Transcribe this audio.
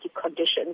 conditions